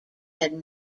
had